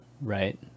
Right